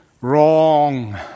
Wrong